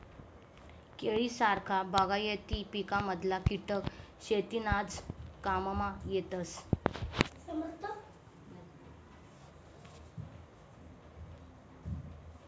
केळी सारखा बागायती पिकमधला किटक शेतीनाज काममा येतस